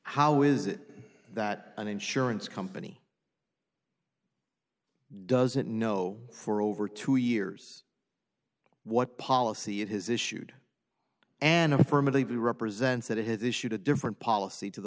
how is it that an insurance company doesn't know for over two years what policy it has issued an affirmatively represents that it has issued a different policy to the